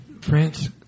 France